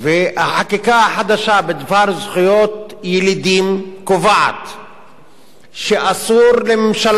החקיקה החדשה בדבר זכויות ילידים קובעת שאסור לממשלה,